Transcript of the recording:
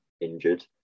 injured